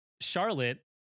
Charlotte